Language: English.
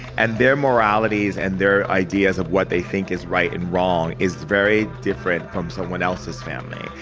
and their moralities and their ideas of what they think is right and wrong is very different from someone else's family,